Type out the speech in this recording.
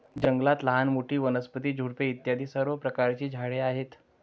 जंगलात लहान मोठी, वनस्पती, झुडपे इत्यादी सर्व प्रकारची झाडे आहेत